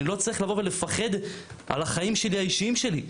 אני לא צריך לבוא ולפחד על החיים האישיים שלי.